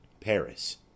Paris